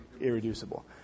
irreducible